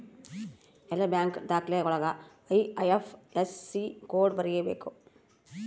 ಎಲ್ಲ ಬ್ಯಾಂಕ್ ದಾಖಲೆ ಒಳಗ ಐ.ಐಫ್.ಎಸ್.ಸಿ ಕೋಡ್ ಬರೀಬೇಕು